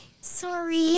Sorry